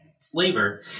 Flavor